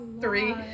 three